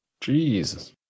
Jesus